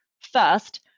First